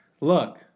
Look